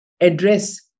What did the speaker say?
address